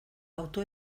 auto